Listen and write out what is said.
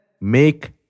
make